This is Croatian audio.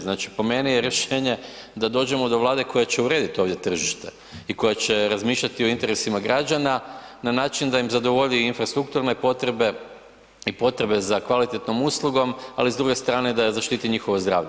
Znači po meni je rješenje da dođemo do Vlade koja će urediti ovdje tržište i koja će razmišljati o interesima građana na način da im zadovolji infrastrukturne potrebe i potrebe za kvalitetnom uslugom, ali s druge strane da zaštiti njihovo zdravlje.